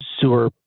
sewer